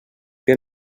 què